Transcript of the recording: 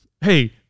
Hey